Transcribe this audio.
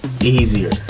easier